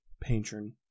patron